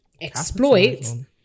exploit